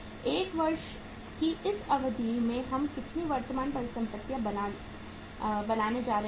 1 वर्ष की इस अवधि में हम कितनी वर्तमान संपत्ति बनाने जा रहे हैं